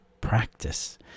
practice